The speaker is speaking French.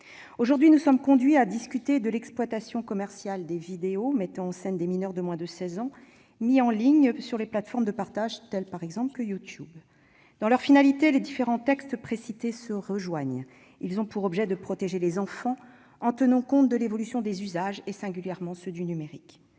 Aujourd'hui, nous sommes conduits à discuter de l'exploitation commerciale des vidéos mettant en scène des mineurs de moins de 16 ans mises en ligne sur des plateformes de partage telles que YouTube. Dans leur finalité, les différents textes précités se rejoignent : ils ont pour objet de protéger les enfants en tenant compte de l'évolution des usages, et singulièrement des usages numériques.